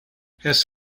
has